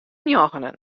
njoggenen